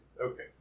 Okay